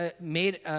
made